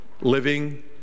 living